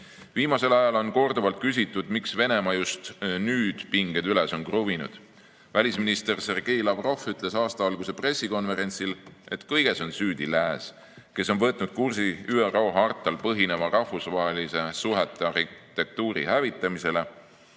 minema. Viimasel ajal on korduvalt küsitud, miks Venemaa just nüüd pinged üles on kruvinud. Välisminister Sergei Lavrov ütles aasta alguse pressikonverentsil, et kõiges on süüdi lääs, kes on võtnud kursi ÜRO hartal põhineva rahvusvaheliste suhete arhitektuuri hävitamisele,